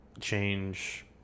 Change